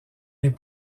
est